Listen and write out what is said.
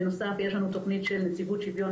בנוסף יש לנו תוכנית של נציבות שוויון